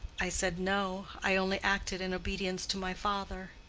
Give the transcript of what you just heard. i said no, i only acted in obedience to my father.